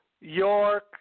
York